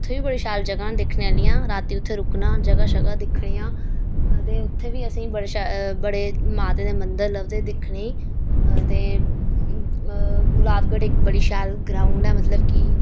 उत्थें बी बड़ी शैल जगह न दिक्खने आह्ललियां राती उत्थें रुकना जगह शगाह दिक्खनियां ते उत्थें बी असेंगी बड़े शैल बड़े माता दे मंदर लभदे दिक्खने गी ते गुलाबगढ़ इक बड़ी शैल ग्राउंड ऐ मतलब कि